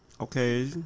Okay